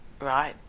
right